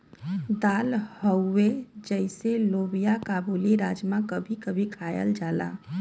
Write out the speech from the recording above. दाल हउवे जइसे लोबिआ काबुली, राजमा कभी कभी खायल जाला